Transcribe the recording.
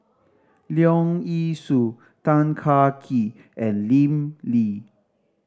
Leong Yee Soo Tan Kah Kee and Lim Lee